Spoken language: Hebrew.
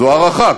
זו הערכה,